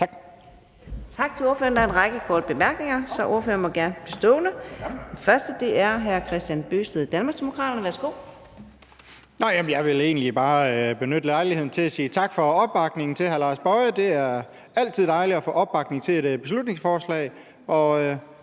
Tak til ordføreren. Der er en række korte bemærkninger, så ordføreren må gerne blive stående. Det er først hr. Kristian Bøgsted, Danmarksdemokraterne. Værsgo. Kl. 14:21 Kristian Bøgsted (DD): Jeg vil egentlig bare benytte lejligheden til at sige tak for opbakningen til hr. Lars Boje Mathiesen. Der er altid dejligt at få opbakning til et beslutningsforslag.